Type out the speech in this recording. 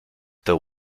the